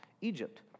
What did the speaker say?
Egypt